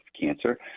cancer